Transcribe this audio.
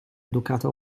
educato